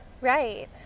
Right